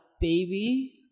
baby